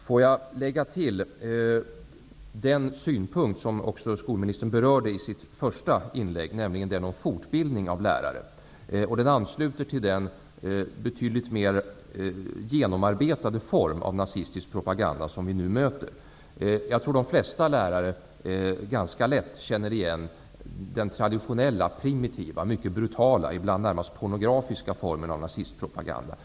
Får jag lägga till den synpunkt som också skolministern berörde i sitt första inlägg. Det gäller då fortbildningen av lärare. Den ansluter till den betydligt mer genomarbetade form av nazistisk propaganda som vi nu möter. Jag tror att de flesta lärare ganska lätt känner igen den traditionella, primitiva, mycket brutala och ibland närmast pornografiska formen av nazistpropaganda.